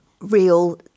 real